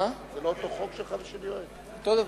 יש הצעה דומה של חבר הכנסת יואל חסון.